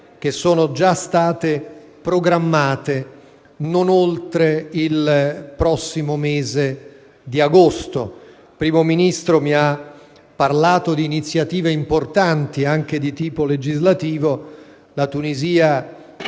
che si svolgeranno non oltre il prossimo mese di agosto. Il Primo Ministro tunisino mi ha parlato di iniziative importanti, anche di tipo legislativo: la Tunisia sta